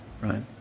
right